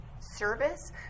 service